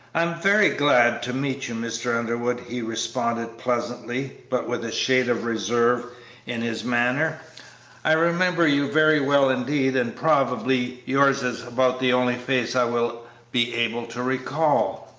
am very glad to meet you, mr. underwood, he responded, pleasantly, but with a shade of reserve in his manner i remember you very well, indeed, and probably yours is about the only face i will be able to recall.